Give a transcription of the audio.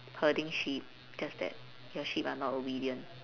herding sheep just that your sheep are not obedient